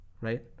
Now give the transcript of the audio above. right